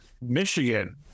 Michigan